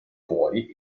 fuori